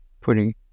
putting